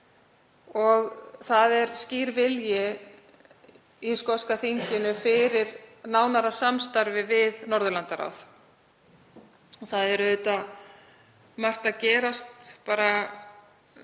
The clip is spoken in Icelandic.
Það er skýr vilji í skoska þinginu fyrir nánara samstarfi við Norðurlandaráð. Auðvitað er margt að gerast bara